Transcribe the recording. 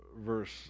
verse